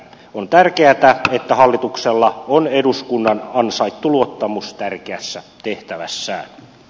on tärkeätä että hallituksella on eduskunnan ansaittu luottamus tärkeässä tehtävässään